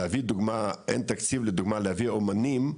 אין תקציב לדוגמא להביא אומנים,